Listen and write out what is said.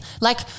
like-